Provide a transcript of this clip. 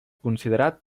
considerat